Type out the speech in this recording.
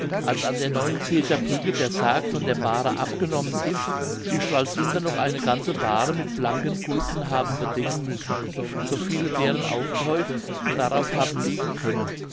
als an der neuenkircher brücke der sarg von der bahre abgenommen ist die stralsunder noch die ganze bahre mit blanken gulden haben bedecken müssen so viele deren aufgehäuft darauf haben liegen können